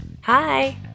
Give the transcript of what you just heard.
Hi